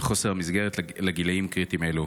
ויש מחסור במסגרות לגילים קריטיים אלו.